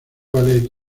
ballet